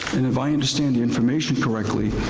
and if i understand the information correctly,